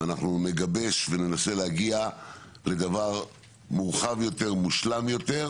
אנחנו נגבש וננסה להגיע לדבר מורחב יותר מושלם יותר,